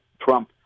Trump